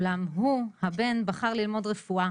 אולם הוא הבן, בחר ללמוד רפואה